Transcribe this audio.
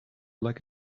like